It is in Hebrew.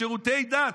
לשירותי דת,